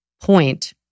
point